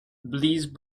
please